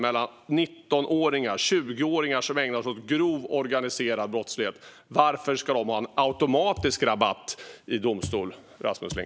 Varför ska 19 och 20-åringar som ägnar sig åt grov organiserad brottslighet ha automatisk rabatt i domstol, Rasmus Ling?